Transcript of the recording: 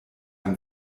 ein